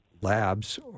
labs